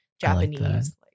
Japanese